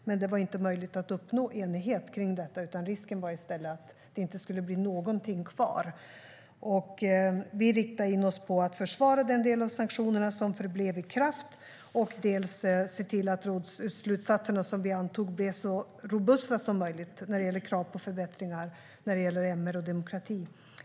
Men det var inte möjligt att uppnå enighet kring detta, utan risken var i stället att det inte skulle bli någonting kvar. Vi riktade in oss på att försvara den del av sanktionerna som förblev i kraft och såg till att rådsslutsatserna som vi antog blev så robusta som möjligt när det gäller krav på förbättringar avseende MR och demokrati.